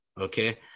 Okay